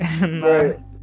Right